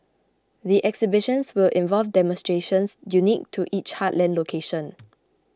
the exhibitions will involve demonstrations unique to each heartland location